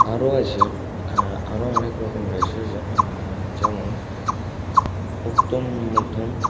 আরও আছে আরও অনেক রকম রয়েছে যা যেমন উত্তম মধ্যম